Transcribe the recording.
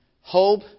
Hope